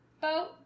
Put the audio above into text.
boat